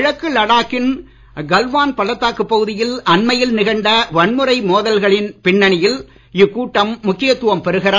கிழக்கு லடாக்கின் கல்வான் பள்ளத்தாக்கு பகுதியில் அண்மையில் நிகழ்ந்த வன்முறை மோதல்களின் பின்னணியில் இக்கூட்டம் முக்கியத்துவம் பெறுகிறது